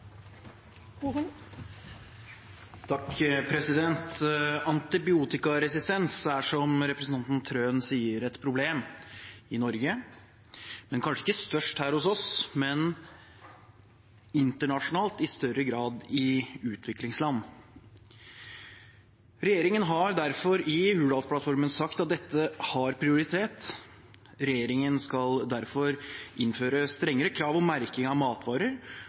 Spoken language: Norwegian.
internasjonale arbeidet. Antibiotikaresistens er, som representanten Trøen sier, et problem, også i Norge. Det er kanskje ikke størst her hos oss, men internasjonalt og i større grad i utviklingsland. Regjeringen har i Hurdalsplattformen sagt at dette har prioritet. Regjeringen skal derfor innføre strengere krav til merking av matvarer